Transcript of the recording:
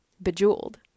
bejeweled